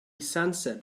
sunset